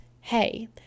hey